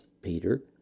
Peter